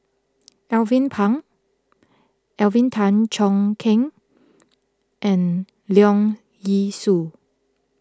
Alvin Pang Alvin Tan Cheong Kheng and Leong Yee Soo